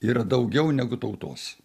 yra daugiau negu tautos